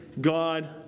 God